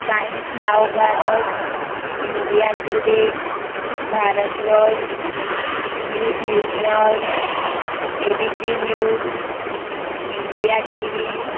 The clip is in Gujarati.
times Now Bharat India Today Bharat Varsh news national ABP news India TV